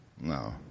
No